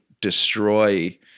destroy